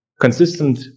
consistent